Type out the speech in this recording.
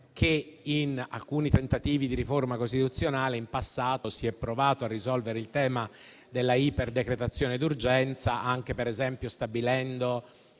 che in alcuni tentativi di riforma costituzionale del passato si è provato a risolvere il tema della iperdecretazione d'urgenza anche, per esempio, creando